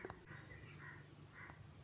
broccoli म्हनजे फ्लॉवरसारखी हिरवी भाजी आसा